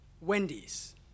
Wendy's